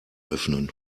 öffnen